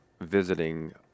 visiting